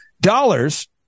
dollars